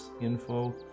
info